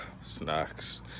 snacks